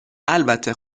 البته